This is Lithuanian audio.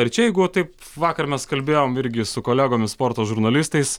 ir čia jeigu va taip vakar mes kalbėjom irgi su kolegomis sporto žurnalistais